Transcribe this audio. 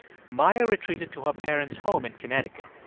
maya retreated to her parents' home in connecticut.